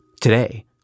Today